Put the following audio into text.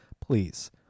please